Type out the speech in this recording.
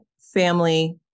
family